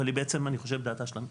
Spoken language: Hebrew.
אבל בעצם דעתה של המשטרה,